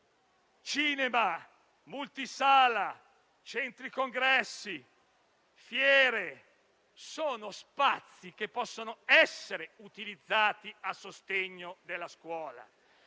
Cinema, multisala, centri congressi e fiere sono spazi che possono essere utilizzati a sostegno della scuola.